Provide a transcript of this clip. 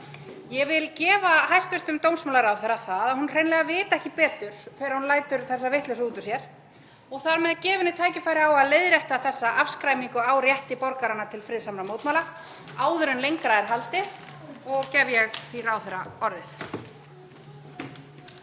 Ég vil gefa hæstv. dómsmálaráðherra það að hún hreinlega viti ekki betur þegar hún lætur þessa vitleysu út úr sér og þar með gefa henni tækifæri á að leiðrétta þessa afskræmingu á rétti borgaranna til friðsamlegra mótmæla áður en lengra er haldið. Ég gef því ráðherra orðið.